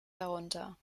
herunter